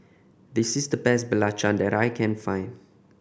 this is the best belacan that I can find